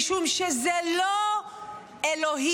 משום שזה לא אלוהים,